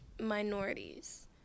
minorities